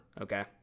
Okay